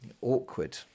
awkward